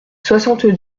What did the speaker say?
soixante